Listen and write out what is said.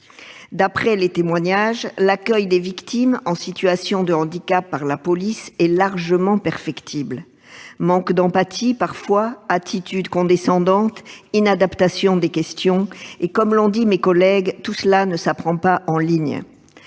D'après les témoignages, l'accueil par la police des victimes en situation de handicap est largement perfectible : manque d'empathie parfois, attitude condescendante, inadaptation des questions ... Comme l'ont dit mes collègues, cela ne s'apprend pas en ligne